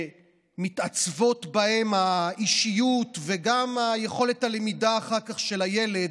שמתעצבות בהן האישיות וגם יכולת הלמידה אחר כך של הילד,